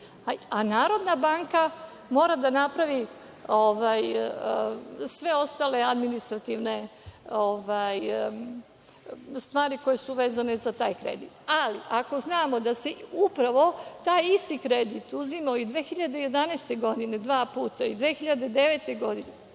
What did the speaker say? a Narodna banka mora da napravi sve ostale administrativne stvari koje su vezane za taj kredit. Ali, ako znamo da se upravo taj isti kredit uzimao i 2011. godine dva puta, 2009. i